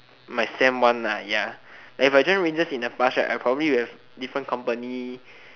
my same one lah ya if I joined rangers in the past right I would probably have different company